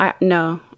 No